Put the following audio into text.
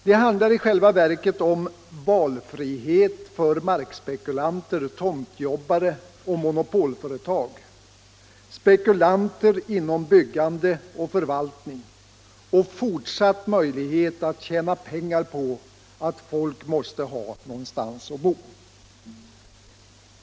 Det handlar i själva verket om valfrihet för markspekulanter, tomtjobbare och monopolföretag, spekulanter inom byggande och förvaltning och fortsatt möjlighet att tjäna stora pengar på att folk måste ha någonstans att bo.